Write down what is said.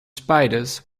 spiders